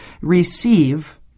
receive